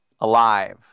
alive